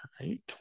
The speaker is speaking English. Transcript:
right